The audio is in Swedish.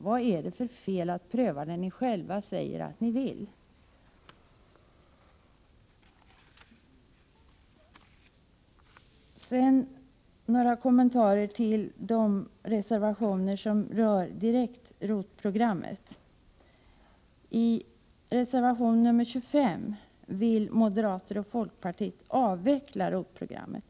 Vad är det för fel att pröva det ni själva säger att ni vill? Sedan några kommentarer till de reservationer som rör ROT-programmet. I reservation 25 vill moderater och folkpartister avveckla ROT-programmet.